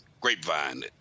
grapevine